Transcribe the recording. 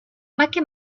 make